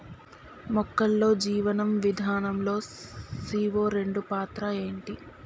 మొక్కల్లో జీవనం విధానం లో సీ.ఓ రెండు పాత్ర ఏంటి?